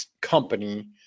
company